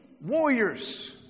warriors